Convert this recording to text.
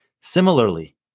Similarly